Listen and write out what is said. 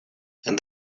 and